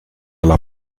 alla